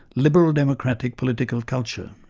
liberal democratic, political culture.